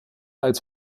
als